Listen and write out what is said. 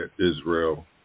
Israel